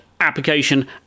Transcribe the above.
application